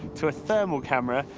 to a thermal camera,